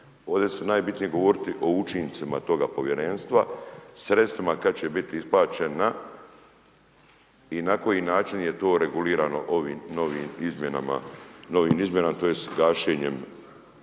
Ovdje je najbitnije govoriti o učincima toga povjerenstva sredstvima kada će biti isplaćena i na koji način je to regulirano ovim novim izmjenama, tj. gašenjem,